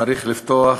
צריך לפתוח